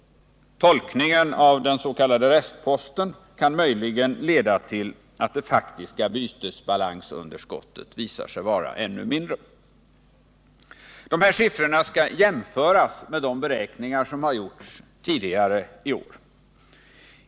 Tolkningen av den s.k. restposten kan möjligen leda till att det faktiska bytesbalansunderskottet visar sig vara ännu mindre. Dessa 2 siffror skall jämföras med de beräkningar som gjorts tidigare i år.